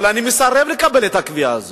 אבל אני מסרב לקבל את הקביעה הזאת,